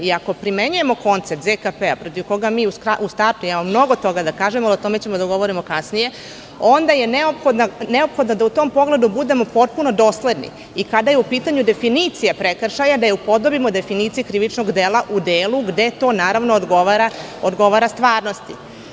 I, ako primenjujemo koncept ZKP, protiv koga mi u startu imamo mnogo toga da kažemo, a o tome ćemo da govorimo kasnije, onda je neophodno da u tom pogledu budemo potpuno dosledni i kada je u pitanju definicija prekršaja da je upodobimo definiciji krivičnog dela u delu gde to naravno odgovara stvarnosti.